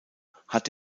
hat